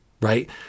right